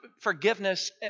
forgiveness